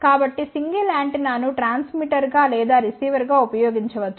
కాబట్టి సింగిల్ యాంటెన్నాను ట్రాన్స్మిటర్గా లేదా రిసీవర్గా ఉపయోగించవచ్చు